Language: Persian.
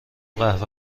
قهوه